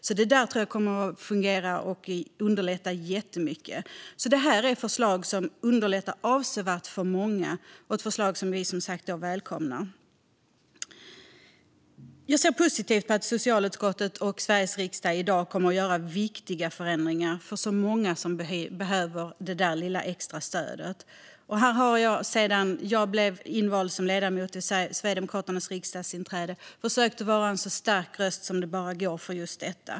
Bättre läsbarhet kommer alltså att underlätta jättemycket. Detta kommer att underlätta för så många, och därför välkomnar vi som sagt lagen. Jag ser positivt på att socialutskottet och Sveriges riksdag i dag gör viktiga förändringar för alla dem som behöver extra stöd. Sedan jag blev riksdagsledamot för Sverigedemokraterna har jag försökt vara en så stark röst som bara möjligt för just detta.